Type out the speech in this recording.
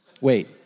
Wait